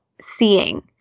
seeing